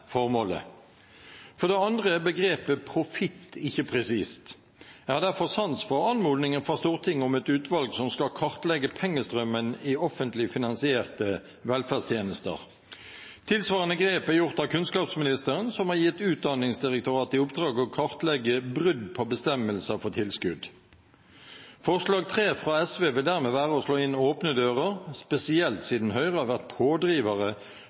formålet. For det andre er begrepet «profitt» ikke presist. Jeg har derfor sans for anmodningen fra Stortinget om et utvalg som skal kartlegge pengestrømmen i offentlig finansierte velferdstjenester. Tilsvarende grep er gjort av kunnskapsministeren, som har gitt Utdanningsdirektoratet i oppdrag å kartlegge brudd på bestemmelser for tilskudd. Forslag nr. 3 fra SV vil dermed være å slå inn åpne dører, spesielt siden Høyre har vært pådrivere